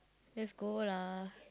let's go lah